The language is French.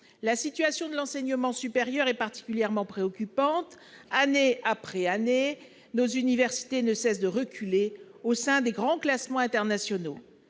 La situation de l'enseignement supérieur est particulièrement préoccupante. Année après année, nos universités ne cessent de reculer au sein des grands classements internationaux.